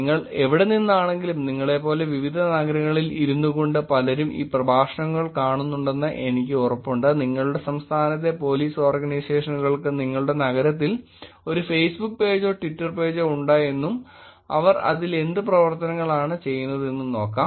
നിങ്ങൾ എവിടെ നിന്നാണെങ്കിലും നിങ്ങളെപ്പോലെ വിവിധ നഗരങ്ങളിൽ ഇരുന്നുകൊണ്ട് പലരും ഈ പ്രഭാഷണങ്ങൾ കാണുന്നുണ്ടെന്ന് എനിക്ക് ഉറപ്പുണ്ട് നിങ്ങളുടെ സംസ്ഥാനത്തെ പോലീസ് ഓർഗനൈസേഷനുകൾക്ക് നിങ്ങളുടെ നഗരത്തിൽ ഒരു ഫേസ്ബുക്ക് പേജോ ട്വിറ്റർ പേജോ ഉണ്ടോ എന്നും അവർ അതിൽ എന്ത് പ്രവർത്തനങ്ങളാണ് ചെയ്യുന്നതെന്നും നോക്കാം